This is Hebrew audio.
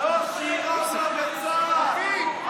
לא שירת בצה"ל.